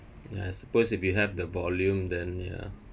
ya I suppose if you have the volume then ya